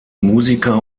musiker